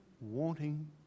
wanting